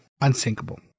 unsinkable